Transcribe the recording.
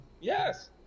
Yes